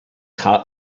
hot